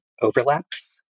overlaps